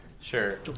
Sure